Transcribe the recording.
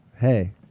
Hey